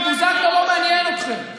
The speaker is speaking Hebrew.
כי בוזגלו לא מעניין אתכם.